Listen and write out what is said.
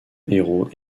héros